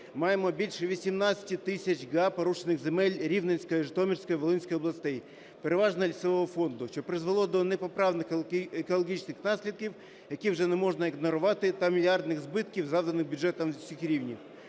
маємо більше 18 тисяч га порушених земель Рівненської, Житомирської, Волинської областей, переважно лісового фонду, що призвело до непоправних екологічних наслідків, які вже не можна ігнорувати, та мільярдних збитків, завданих бюджетам всіх рівнів.